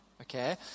okay